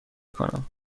کنم